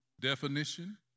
definition